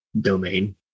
domain